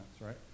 right